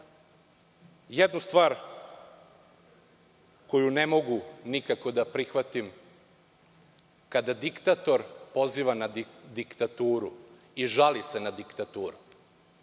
stvar koju ne mogu nikako da prihvatim, kada diktator poziva na diktaturu i žali se na diktaturu.